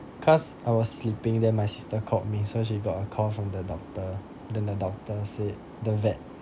cause I was sleeping then my sister called me so she got a call from the doctor then doctor said the vet